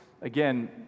again